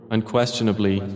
Unquestionably